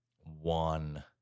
one